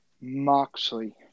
Moxley